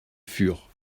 fur